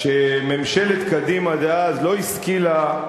כשממשלת קדימה דאז לא השכילה,